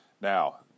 now